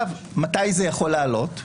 מתי זה יכול לעלות?